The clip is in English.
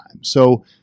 So-